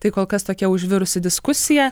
tai kol kas tokia užvirusi diskusija